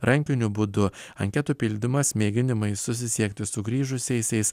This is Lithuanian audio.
rankiniu būdu anketų pildymas mėginimai susisiekti su grįžusiaisiais